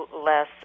less